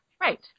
Right